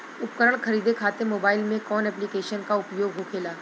उपकरण खरीदे खाते मोबाइल में कौन ऐप्लिकेशन का उपयोग होखेला?